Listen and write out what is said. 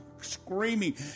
screaming